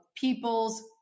people's